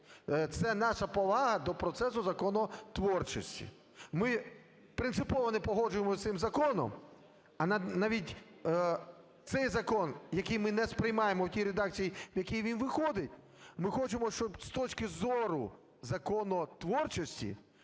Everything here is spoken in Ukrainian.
Це наша повага до процесу законотворчості. Ми принципово не погоджуємося з цим законом, а навіть цей закон, який ми не сприймаємо в тій редакції, в якій він виходить, ми хочемо, щоб з точки зору законотворчості